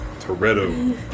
Toretto